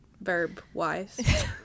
verb-wise